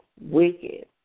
wicked